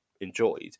enjoyed